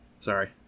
Sorry